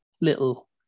little